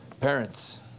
parents